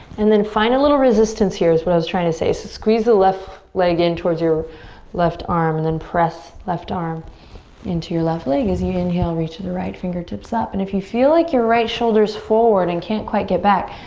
and then find a little resistance here is what i was trying to say. so squeeze the left leg in towards your left arm, and then press left arm into your left leg. as you inhale, reach to the right, fingertips up. and if you feel like your right shoulder is forward and you can't quite get back,